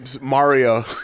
Mario